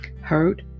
hurt